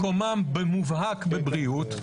מקומם במובהק בבריאות,